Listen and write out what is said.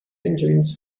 engines